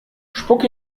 spuck